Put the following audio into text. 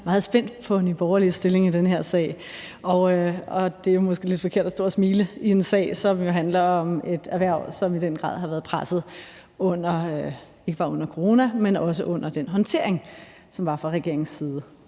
meget spændt på Nye Borgerliges stilling i den her sag. Det er måske lidt forkert at stå og smile i en sag, der handler om et erhverv, som i den grad har været presset under ikke bare corona, men også den håndtering, der var fra regeringens side